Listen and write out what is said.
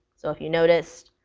so if you noticed,